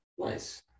Nice